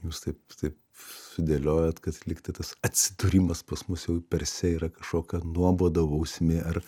jūs taip taip sudėliojot kad lygtai tas atsidūrimas pas mus jau perse yra kažkokia nuobauda bausmė ar